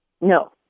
No